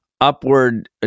upward